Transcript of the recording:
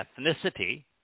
ethnicity